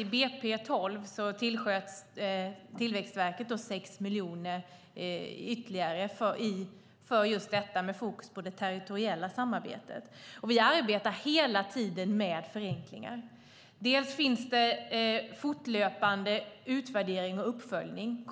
I BP 12 tillsköts Tillväxtverket 6 miljoner ytterligare för just detta, med fokus på det territoriella samarbetet. Vi arbetar hela tiden med förenklingar. Till exempel finns det fortlöpande utvärdering och uppföljning,